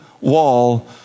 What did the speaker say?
wall